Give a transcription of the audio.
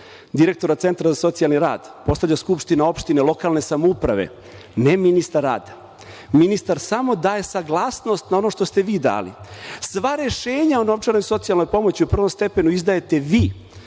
Direktora centra za socijalni rad postavlja skupština lokalne samouprave, ne ministar rada. Ministar samo daje saglasnost na ono što ste vi dali. Sva rešenja o socijalnoj novčanoj pomoći u prvom stepenu izdajete vi,